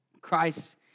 Christ